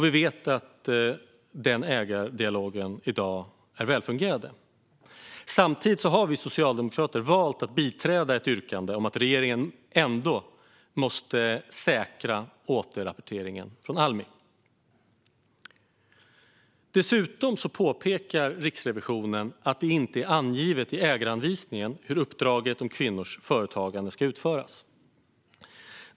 Vi vet att en sådan ägardialog fungerar väl i dag. Samtidigt har vi socialdemokrater valt att biträda ett yrkande om att regeringen ändå måste säkra återrapportering från Almi. Dessutom påpekar Riksrevisionen att det inte är angivet i ägaranvisningen hur uppdraget om kvinnors företagande ska utföras.